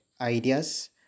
ideas